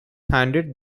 handed